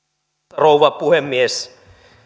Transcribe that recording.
rouva puhemies